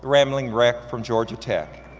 ramblin' wreck from georgia tech.